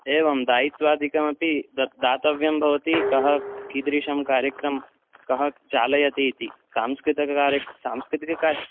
एवं दायित्वादिकमपि दत् दातव्यं भवति कः कीदृशं कार्यक्रमं कः चालयतीति सांस्कृतिककार्य